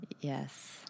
Yes